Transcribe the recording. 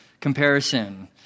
comparison